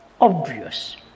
obvious